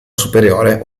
superiore